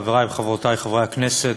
חברי וחברותי חברי הכנסת,